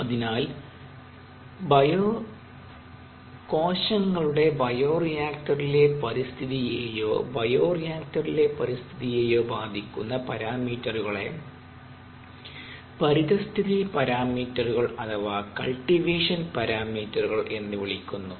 അതിനാൽ കോശങ്ങളുടെ ബയോറിയാക്റ്ററിലെ പരിസ്ഥിതിയെയോബയോറിയാക്റ്ററിലെ പരിസ്ഥിതിയെയോ ബാധിക്കുന്ന പരാമീറ്ററുകളെ പരിതസ്ഥിതി പാരാമീറ്ററുകൾ അഥവാ കൾടിവേഷൻ പാരാമീറ്ററുകൾ എന്നു വിളിക്കുന്നു